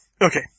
Okay